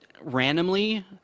randomly